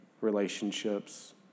relationships